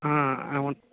అవును